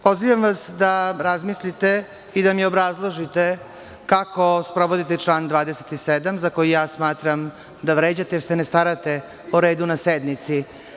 Pozivam vas da razmislite i da mi obrazložite kako sprovodite član 27. za koji ja smatram da vređate, jer se ne starate o redu na sednici.